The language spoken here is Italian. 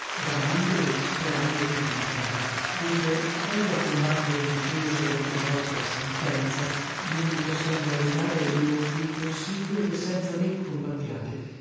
bramando e sperando pur dimparare dunque avendo a combattere in difesa dalcuna vostra sentenza non vi possendo aiutare io vi consiglio che senza me combattiate